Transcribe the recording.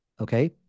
okay